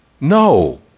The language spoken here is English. No